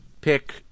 pick